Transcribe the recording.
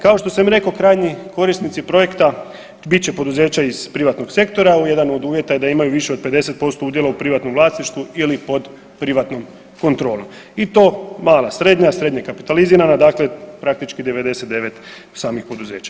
Kao što sam i rekao krajnji korisnici projekta bit će poduzeća iz privatnog sektora, a jedan od uvjeta je da imaju više od 50% udjela u privatnom vlasništvu ili pod privatnom kontrolom i to mala, srednja, srednje kapitalizirana dakle praktički 99 samih poduzeća.